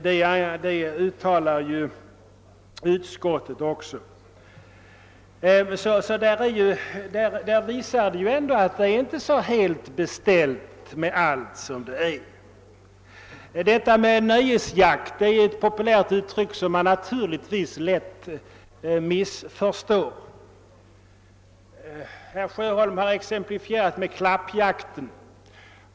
Detta visar att allt ändå inte är så väl beställt. Nöjesjakt är ett populärt uttryck som naturligtvis kan missförstås. Herr Sjöholm har exemplifierat med klappjakten.